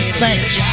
thanks